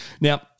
Now